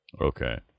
Okay